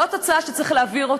זאת הצעה שצריך להעביר.